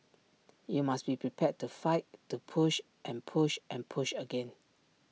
you must be prepared to fight to push and push and push again